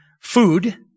food